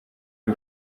y’u